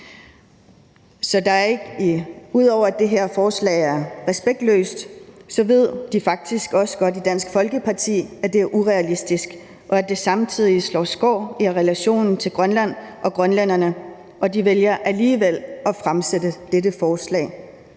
ud over at det her forslag er respektløst, ved de faktisk også godt i Dansk Folkeparti, at det er urealistisk, og at det samtidig slår skår i relationen til Grønland og grønlænderne, men de vælger alligevel at fremsætte dette forslag.